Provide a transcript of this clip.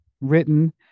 written